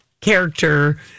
character